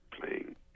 playing